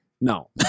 No